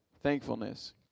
Thankfulness